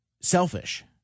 selfish